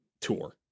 tour